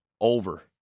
Over